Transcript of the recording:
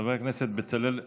חבר הכנסת בצלאל סמוטריץ',